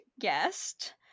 guest